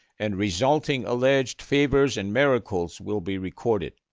and resulting alleged favors and miracles will be recorded.